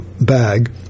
bag